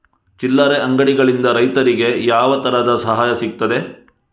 ಚಿಲ್ಲರೆ ಅಂಗಡಿಗಳಿಂದ ರೈತರಿಗೆ ಯಾವ ತರದ ಸಹಾಯ ಸಿಗ್ತದೆ?